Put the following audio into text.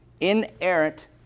inerrant